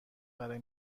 برای